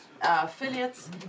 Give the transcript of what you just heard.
Affiliates